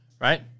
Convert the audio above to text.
Right